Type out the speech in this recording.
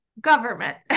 Government